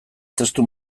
testu